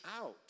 out